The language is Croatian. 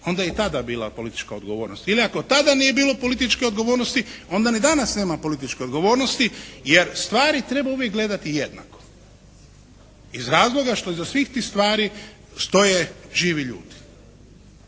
onda je i tada bila politička odgovornost. Ili, ako tada nije bilo političke odgovornosti onda ni danas nema političke odgovornosti jer stvari treba uvijek gledati jednako iz razloga što iza svih tih stvari stoje živi ljudi.